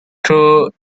through